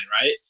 right